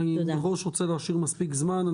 אני מראש רוצה להשאיר מספיק זמן.